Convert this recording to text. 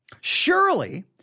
Surely